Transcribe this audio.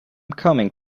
coming